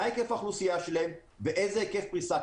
מה היקף האוכלוסייה בו ומה היקף הפריסה.